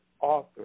author